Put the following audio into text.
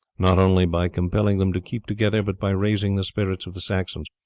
not only by compelling them to keep together but by raising the spirits of the saxons